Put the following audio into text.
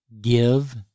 give